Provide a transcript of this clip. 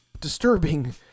disturbing